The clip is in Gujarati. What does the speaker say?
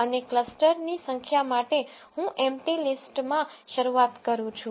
અને ક્લસ્ટર્સની સંખ્યા માટે હું એમ્પ્ટી લિસ્ટમાં શરૂઆત કરું છું